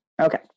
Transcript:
Okay